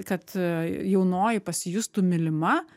kad jaunoji pasijustų mylima